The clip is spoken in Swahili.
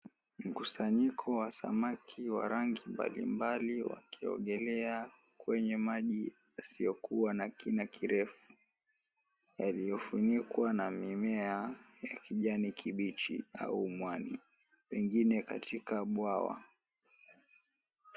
Mkusanyiko wa samaki wa rangi mbali mbali wakiogelea kwenye maji yasiyokua na kina kirefu, yaliyofunikwa na mimea ya kijani kibichi au mwani, pengine katika bwawa.